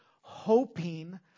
hoping